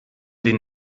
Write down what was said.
den